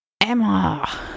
Emma